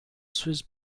swiss